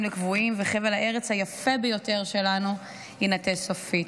לקבועים וחבל הארץ היפה ביותר שלנו יינטש סופית.